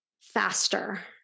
faster